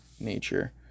nature